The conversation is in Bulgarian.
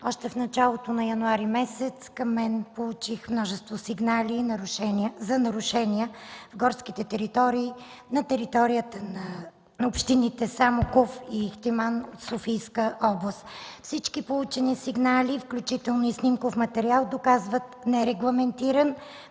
Още в началото на месец януари получих множество сигнали за нарушения в горските територии на териториите на общините Самоков и Ихтиман – Софийска област. Всички получени сигнали, включително и снимков материал, доказват нерегламентиран,